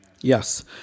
Yes